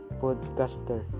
podcaster